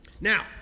Now